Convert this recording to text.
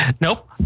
Nope